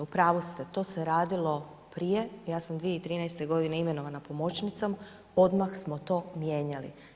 U pravu ste to se radilo prije, ja sam 2013. godine imenovana pomoćnicom odmah smo to mijenjali.